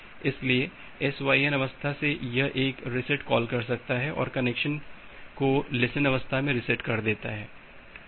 इसलिए SYN अवस्था से यह एक रीसेट कॉल कर सकता है और कनेक्शन को लिसेन अवस्था मे रीसेट कर देता है